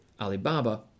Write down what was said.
Alibaba